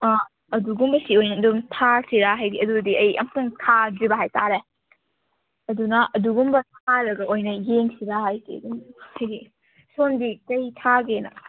ꯑꯥ ꯑꯗꯨꯒꯨꯝꯕꯁꯤ ꯑꯣꯏꯅ ꯑꯗꯨꯝ ꯊꯥꯁꯤꯔꯥ ꯍꯥꯏꯗꯤ ꯑꯗꯨꯗꯤ ꯑꯩ ꯑꯝꯇꯪ ꯊꯥꯗ꯭ꯔꯤꯕ ꯍꯥꯏꯇꯥꯔꯦ ꯑꯗꯨꯅ ꯑꯗꯨꯒꯨꯝꯕ ꯊꯥꯔꯒ ꯑꯣꯏꯅ ꯌꯦꯡꯁꯤꯔꯥ ꯍꯥꯏꯗꯤ ꯑꯗꯨꯝ ꯍꯥꯏꯗꯤ ꯁꯣꯝꯒꯤ ꯀꯩ ꯊꯥꯒꯦꯅ